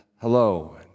hello